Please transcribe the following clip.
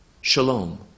Shalom